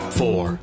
four